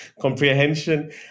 Comprehension